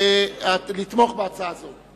לתמוך בהצעה הזאת.